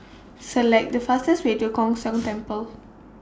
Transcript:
Select The fastest Way to Kwan Siang Tng Temple